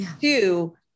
two